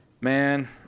man